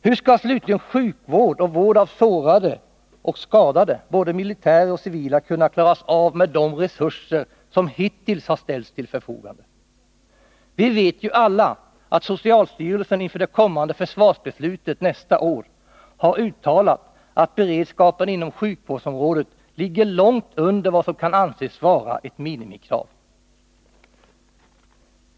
Hur skall slutligen sjukvård och vård av sårade och skadade, både militärer och civila, kunna klaras av med de resurser som hittills ställts till förfogande? Vi vet ju alla att socialstyrelsen inför det kommande försvarsbeslutet nästa år har uttalat att beredskapen inom sjukvårdsområdet ligger långt under vad som kan anses vara ett minimikrav.